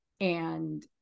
and-